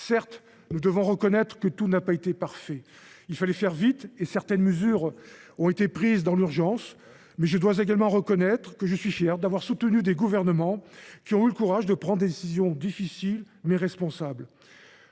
Certes, nous devons reconnaître que tout n’a pas été parfait. Il fallait faire vite et certaines mesures ont été prises dans l’urgence. Cependant, je suis fier d’avoir soutenu des gouvernements qui ont eu le courage de prendre des décisions difficiles, mais responsables.